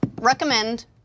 recommend